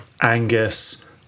Angus